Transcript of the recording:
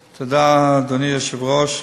תודה, אדוני היושב-ראש.